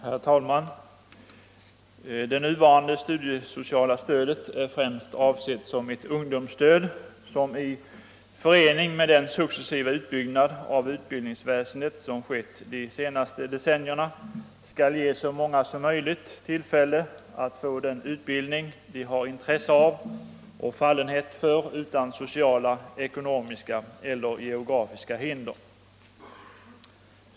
Herr talman! Det nuvarande studiesociala stödet är främst avsett som ett ungdomsstöd, som i förening med den successiva utbyggnad av utbildningsväsendet som skett de senaste decennierna skall ge så många som möjligt tillfälle att få den utbildning de har intresse av och fallenhet för utan sociala, ekonomiska eller geografiska hinder.